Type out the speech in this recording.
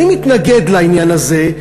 אני מתנגד לעניין הזה,